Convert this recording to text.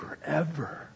forever